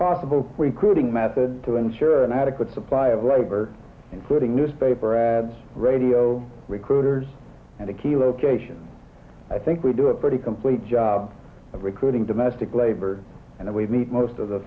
possible we could ing method to ensure an adequate supply of labor including newspaper ads radio recruiters and a key location i think we do a pretty complete job of recruiting domestic labor and we meet most of the